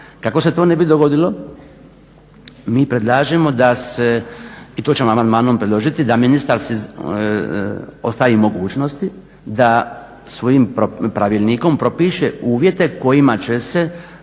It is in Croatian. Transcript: Kako se to ne bi dogodilo mi predlažemo i to ćemo amandmanom predložiti da ministar ostavi mogućnosti da svojim pravilnikom propiše uvjete kojima će se